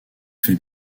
fait